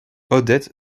odette